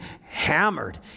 hammered